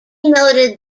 noted